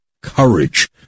courage